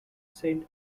saint